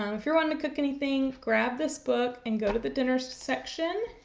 um if you're wanting to cook anything, grab this book and go to the dinners section,